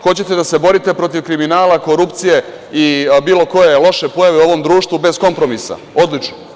Hoćete da se borite protiv kriminala, korupcije i bilo koje loše pojave u ovom društvu bez kompromisa, odlično.